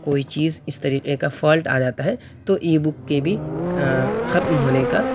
کوئی چیز اس طریقے کا فالٹ آ جاتا ہے تو ای بک کے بھی ختم ہونے کا